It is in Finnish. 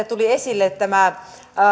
tuli esille tämä